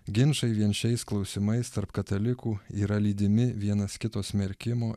ginčai vien šiais klausimais tarp katalikų yra lydimi vienas kito smerkimo